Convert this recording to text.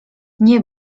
nie